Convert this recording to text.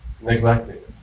neglected